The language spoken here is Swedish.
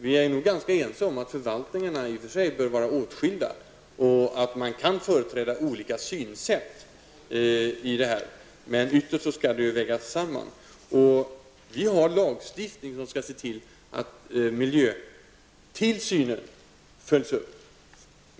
Vi är nog ganska ense om att förvaltningarna i och för sig bör vara åtskilda och att det går att företräda olika synsätt i frågorna. Men ytterst skall frågorna vägas samman. Vi har en lagstiftning som skall se till att miljötillsynen följs upp.